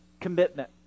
commitment